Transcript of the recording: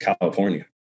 California